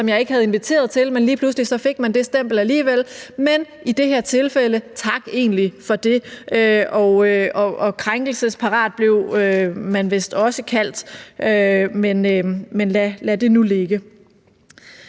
som jeg ikke havde inviteret til, men lige pludselig fik jeg det stempel alligevel, men i det her tilfælde vil jeg egentlig sige tak for det. Krænkelsesparat blev man vist også kaldt, men lad det nu ligge.